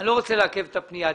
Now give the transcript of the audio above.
אני לא רוצה לעכב את הפנייה.